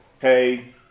hey